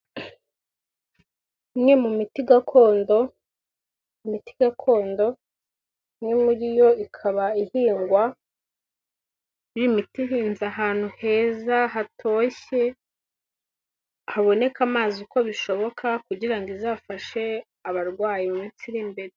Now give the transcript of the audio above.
Imwe mu miti gakondo, imiti gakondo imwe muri yo ikaba ihingwa, ni imiti ihinze ahantu heza hatoshye haboneka amazi uko bishoboka kugira ngo izafashe abarwayi iminsi iri imbere.